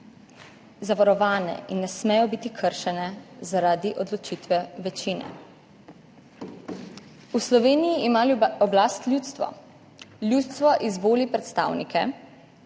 zavarovane in ne smejo biti kršene zaradi odločitve večine. V Sloveniji ima oblast ljudstvo. Ljudstvo izvoli predstavnike